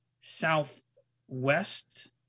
southwest